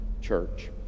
church